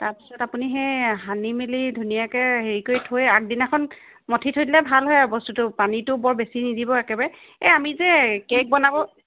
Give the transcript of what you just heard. তাৰপিছত আপুনি সেই সানি মেলি ধুনীয়াকৈ হেৰি কৰি থৈ আগদিনাখন মথি থৈ দিলে ভাল হয় বস্তুটো পানীটো বৰ বেছি নিদিব একেবাৰে এই আমি যে কে'ক বনাব